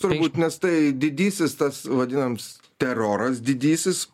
turbūt nes tai didysis tas vadinams teroras didysis